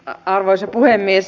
arvoisa puhemies